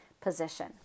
position